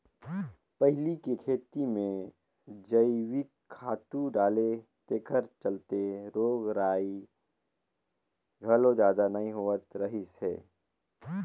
पहिले के खेती में जइविक खातू डाले तेखर चलते रोग रगई घलो जादा नइ होत रहिस हे